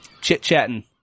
Chit-chatting